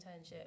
internship